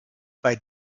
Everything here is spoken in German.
bei